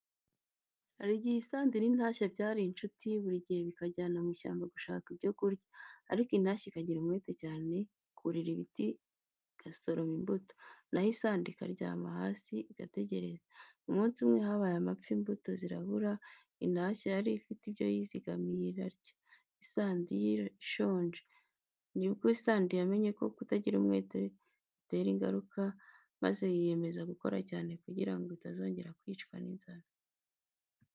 Hari igihe isandi n’intashya byari inshuti. Buri gihe bajyanaga mu ishyamba gushaka ibyo kurya. Ariko intashya ikagira umwete cyane ikurira ibiti igasoroma imbuto, naho isandi ikaryama hasi igategereza. Umunsi umwe habaye amapfa, imbuto zirabura. Intashya yari ifite ibyo yizigamiye irarya, isandi yo ishonje. Nibwo isandi yamenye ko kutagira umwete bitera ingaruka, maze yiyemeza gukora cyane kugira ngo itazongera kwicwa n’inzara.